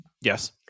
Yes